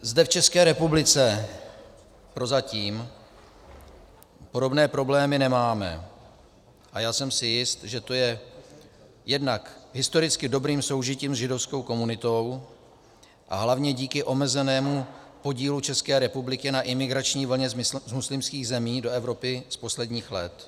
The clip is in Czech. Zde v České republice prozatím podobné problémy nemáme a já jsem si jist, že to je jednak historicky dobrým soužitím s židovskou komunitou, a hlavně díky omezenému podílu České republiky na imigrační vlně z muslimských zemí do Evropy z posledních let.